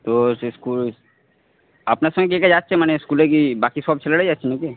তো সে স্কুল আপনার সঙ্গে কে কে যাচ্ছে মানে স্কুলে কি বাকি সব ছেলেরা যাচ্ছে নাকি